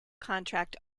contract